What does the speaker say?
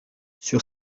sur